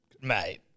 mate